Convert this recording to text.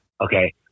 Okay